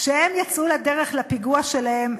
כשהם יצאו לדרך לפיגוע שלהם,